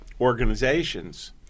organizations